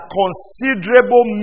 considerable